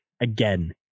again